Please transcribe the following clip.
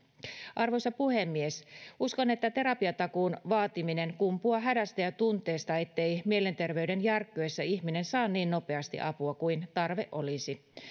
arvoisa puhemies uskon että terapiatakuun vaatiminen kumpuaa hädästä ja tunteesta ettei mielenterveyden järkkyessä ihminen saa niin nopeasti apua kuin tarve olisi